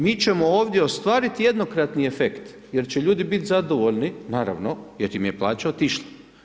Mi ćemo ovdje ostvariti jednokratni efekt jer će ljudi biti zadovoljni, naravno, jer im je plaća otišla.